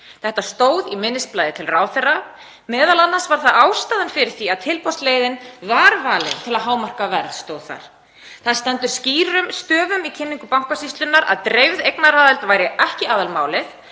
Þetta stóð í minnisblaði til ráðherra, m.a. stóð þar að það hefði verið ástæðan fyrir því að tilboðsleiðin var valin til að hámarka verð. Það stendur skýrum stöfum í kynningu Bankasýslunnar að dreifð eignaraðild væri ekki aðalmálið,